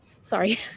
Sorry